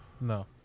No